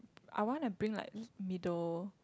I wanna bring like middle